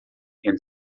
and